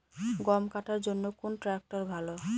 গম কাটার জন্যে কোন ট্র্যাক্টর ভালো?